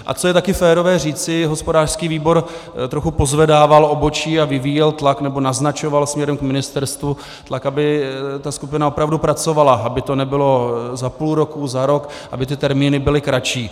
A co je taky férové říci, hospodářský výbor trochu pozvedával obočí a vyvíjel tlak, nebo naznačoval směrem k ministerstvu, tlak, aby ta skupina opravdu pracovala, aby to nebylo za půl roku, za rok, aby ty termíny byly kratší.